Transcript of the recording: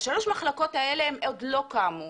אז שלושת המחלקות האלה עוד לא קמו,